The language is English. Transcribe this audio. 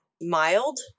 mild